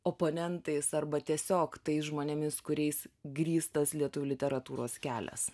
oponentais arba tiesiog tais žmonėmis kuriais grįstas lietuvių literatūros kelias